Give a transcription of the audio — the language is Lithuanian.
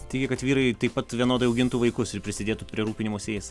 taigi kad vyrai taip pat vienodai augintų vaikus ir prisidėtų prie rūpinimosi jais